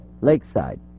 Lakeside